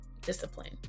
discipline